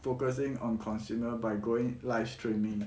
focusing on consumers by going live streaming